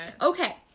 Okay